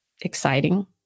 exciting